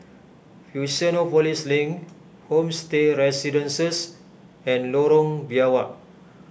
Fusionopolis Link Homestay Residences and Lorong Biawak